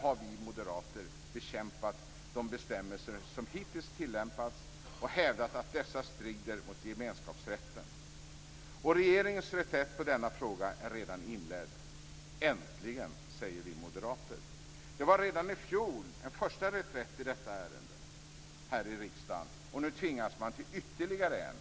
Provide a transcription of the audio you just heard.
Vi moderater har bekämpat de bestämmelser som hittills tillämpats och hävdat att dessa strider mot gemenskapsrätten. Regeringens reträtt i denna fråga är redan inledd. Äntligen! säger vi moderater. Det skedde redan i fjol en första reträtt i detta ärende här i riksdagen, och nu tvingas man till ytterligare en.